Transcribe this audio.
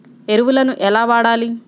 ఎరువులను ఎలా వాడాలి?